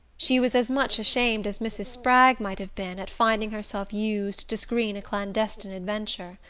she was as much ashamed as mrs. spragg might have been at finding herself used to screen a clandestine adventure.